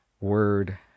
word